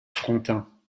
frontin